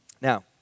Now